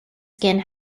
skin